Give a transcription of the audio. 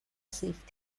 safe